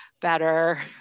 better